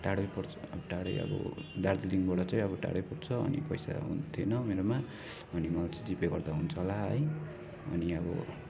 टाढै पर्छ टाढै अब दार्जिलिङबाट चाहिँ अब टाढै पर्छ अनि पैसाहरू पनि थिएन मेरोमा अनि मैले चाहिँ जिपे गर्दा हुन्छ होला है अनि अब